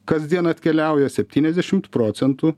kasdien atkeliauja septyniasdešimt procentų